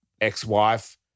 ex-wife